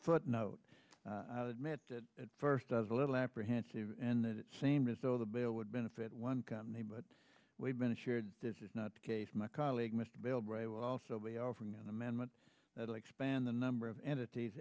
footnote i'll admit at first i was a little apprehensive and that it seemed as though the bill would benefit one company but we've been assured this is not the case my colleague mr bilbray will also be offering an amendment that expand the number of entities